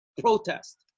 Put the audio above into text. protest